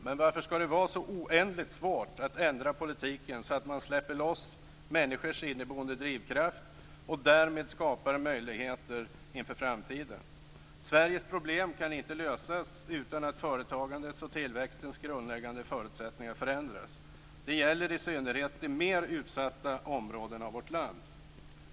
Men varför skall det vara så oändligt svårt att ändra politiken så att man släpper loss människors inneboende drivkraft och därmed skapar möjligheter inför framtiden. Sveriges problem kan inte lösas utan att företagandets och tillväxtens grundläggande förutsättningar förändras. Det gäller i synnerhet de mer utsatta områdena av vårt land.